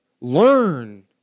learn